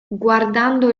guardando